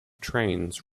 trains